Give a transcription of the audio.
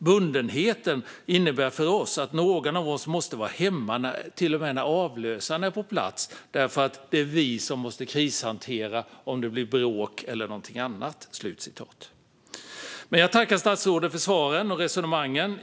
Bundenheten innebär att någon av oss måste vara hemma till och med när avlösaren är på plats därför att det är vi som måste krishantera om det blir bråk eller något annat. Jag tackar statsrådet för svaren och resonemangen.